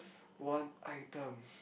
one item